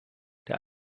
der